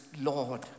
Lord